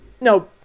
no